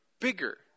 bigger